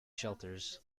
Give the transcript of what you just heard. shelters